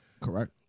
Correct